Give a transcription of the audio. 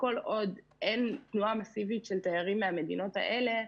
וכל עוד אין תנועה מסיבית של תיירים מהמדינות האלה,